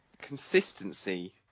consistency